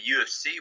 UFC